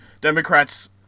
Democrats